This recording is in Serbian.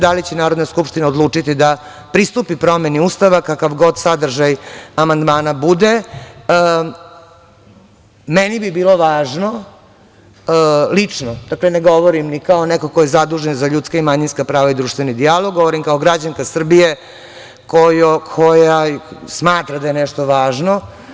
Da li će Narodna skupština odlučiti da pristupi promeni Ustava, kakav god sadržaj amandmana bude, meni bi bilo važno, lično, dakle ne govorim i kao neko ko je zadužen za ljudska i manjinska prava i društveni dijalog, govorim kao građanka Srbije koja smatra da je nešto važno.